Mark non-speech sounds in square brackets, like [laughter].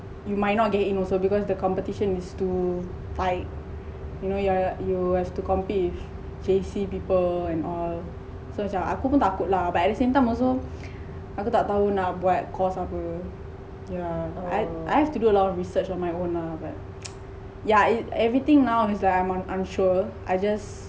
you might not get in also because the competition is too thight you know you have to compete with faci people and all so macam aku pon takut lah but at the same time also aku tak tahu nak buat course apa yeah I I have to do a lot of research on my own lah but [noise] yeah everything now is like I'm unsure I just